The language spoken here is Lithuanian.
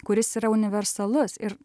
kuris yra universalus ir